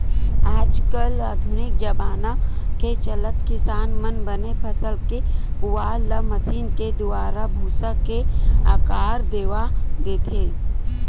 आज कल आधुनिक जबाना के चलत किसान मन बने फसल के पुवाल ल मसीन के दुवारा भूसा के आकार देवा देथे